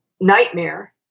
nightmare